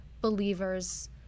believers